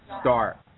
start